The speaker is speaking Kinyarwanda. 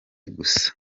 gusa